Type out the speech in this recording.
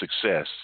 success